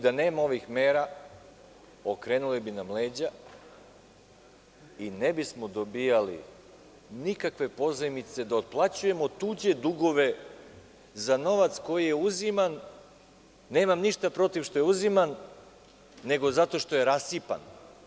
Da nema ovih mera, okrenuli bi nam leđa i ne bismo dobijali nikakve pozajmice da otplaćujemo tuđe dugove za novac koji je uziman, nemam ništa protiv što je uziman, nego zato što je rasipan.